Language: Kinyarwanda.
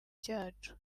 cyacu